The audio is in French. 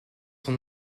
son